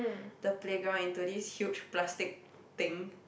the playground into this huge plastic thing